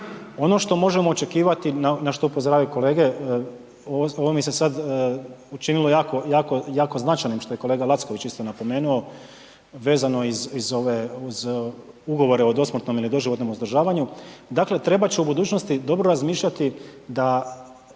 Ono što možemo očekivati, na što upozoravaju kolege, ovo mi se sad učinilo jako, jako, jako značajnim što je kolega Lacković isto napomenuo vezano iz, iz ove, uz Ugovore o dosmrtnom ili doživotnom uzdržavanju. Dakle trebat će u budućnosti dobro razmišljati da